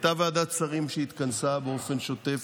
הייתה ועדת שרים שהתכנסה באופן שוטף